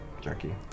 jerky